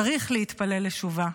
צריך להתפלל לשובה,